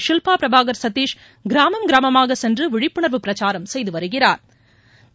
ஷில்பா பிரபாகா் சதீஷ் கிராமம் கிராமமாக சென்று விழிப்புணா்வு பிரச்சாரம் செய்து வருகிறாா்